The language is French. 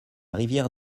rivière